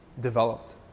developed